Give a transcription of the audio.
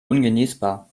ungenießbar